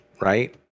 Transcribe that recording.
Right